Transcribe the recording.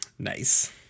nice